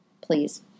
Please